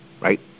right